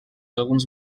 alguns